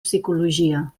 psicologia